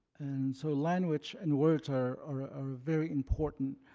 and so language and words are ah are ah very important.